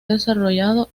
desarrollado